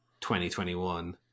2021